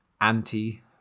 anti